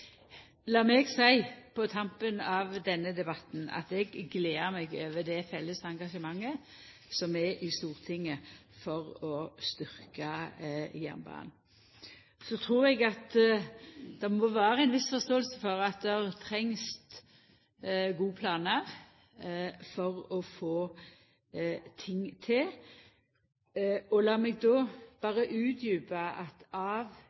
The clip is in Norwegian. i Stortinget for å styrkja jernbanen. Så trur eg at det må vera ei viss forståing for at det trengst gode planar for å få ting til. Lat meg då berre utdjupa at av